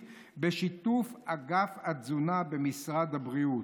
בשיתוף אגף התזונה במשרד הבריאות".